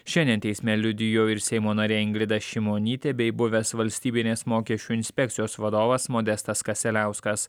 šiandien teisme liudijo ir seimo narė ingrida šimonytė bei buvęs valstybinės mokesčių inspekcijos vadovas modestas kaseliauskas